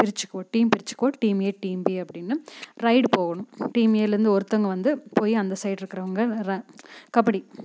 பிரிச்சிக்கோ team பிரிச்சிக்கோ team A team B அப்படின்னு raid போகணும் டீம் ஏலேருந்து ஒருத்தவங்க வந்து போய் அந்த சைடு இருக்கிறவங்கற கபடி